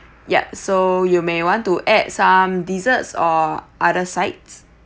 yup so you may want to add some desserts or other sides